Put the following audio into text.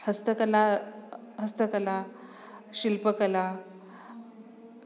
हस्तकला हस्तकला शिल्पकला